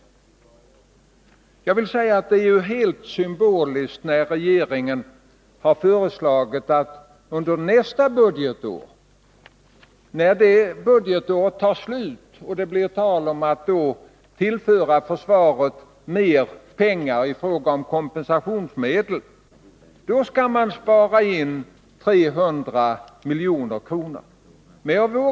Regeringens förslag att man när nästa budgetår är slut och det blir tal om att tillföra försvaret mer pengar i form av kompensationsmedel skall spara in 300 milj.kr. är helt symboliskt.